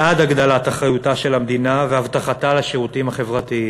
בעד הגדלת אחריותה של המדינה והבטחתה לשירותים החברתיים.